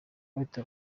white